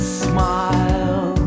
smile